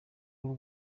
w’u